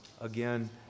again